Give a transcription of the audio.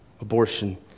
abortion